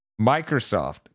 Microsoft